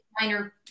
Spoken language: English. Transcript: Minor